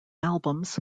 albums